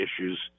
issues